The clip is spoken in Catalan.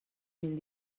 mil